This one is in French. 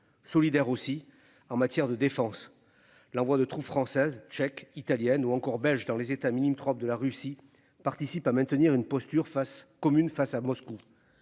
Solidaire aussi en matière de défense, l'envoi de troupes françaises. Italienne ou encore belge dans les États minime trompe de la Russie participe à maintenir une posture face commune face à Moscou.